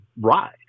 ride